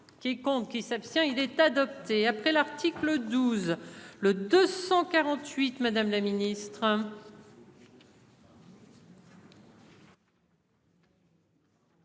qui compte. Qui s'abstient il est adopté après l'article 12, le 248. Madame la ministre.